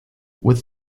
with